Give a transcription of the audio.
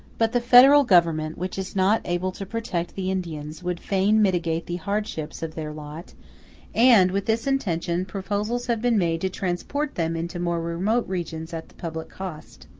but the federal government, which is not able to protect the indians, would fain mitigate the hardships of their lot and, with this intention, proposals have been made to transport them into more remote regions at the public cost.